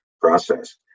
process